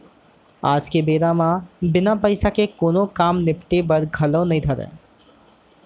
आज के बेरा म बिना पइसा के कोनों काम निपटे बर घलौ नइ धरय